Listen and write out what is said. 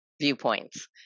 viewpoints